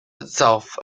itself